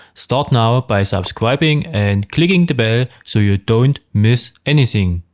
start now ah by subscribing and clicking the bell, so you don't miss anything.